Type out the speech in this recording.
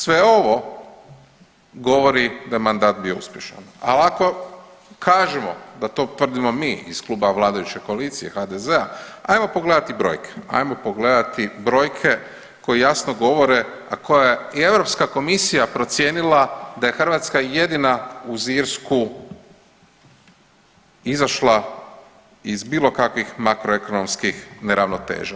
Sve ovo govori da je mandat bio uspješan, ali ako kažemo da to tvrdimo mi iz kluba vladajuće koalicije HDZ-a ajmo pogledati brojke, ajmo pogledati brojke koje jasno govore, a koje je i Europska komisija procijenila da je Hrvatska jedina uz Irsku izašla iz bilo kakvih makroekonomskih neravnoteža.